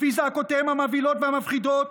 לפי זעקותיהם המבהילות והמפחידות,